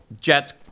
Jets